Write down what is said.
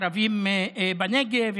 הערבים בנגב,